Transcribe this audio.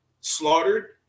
slaughtered